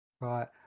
Right